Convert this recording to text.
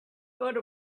vote